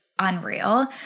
unreal